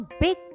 big